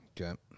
Okay